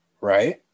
right